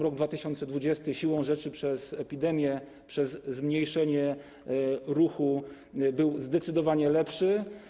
Rok 2020 siłą rzeczy przez epidemię, przez zmniejszenie ruchu był zdecydowanie lepszy.